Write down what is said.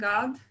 God